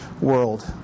world